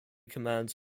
commands